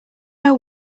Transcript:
know